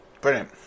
Brilliant